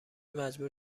مجبور